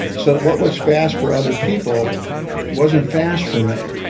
so what was fast for other people wasn't fast for me.